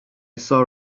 saw